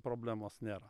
problemos nėra